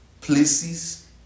places